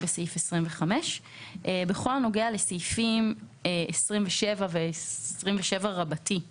בכל הנוגע לסעיפים 27 ו-27 רבתי למיניהם,